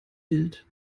bild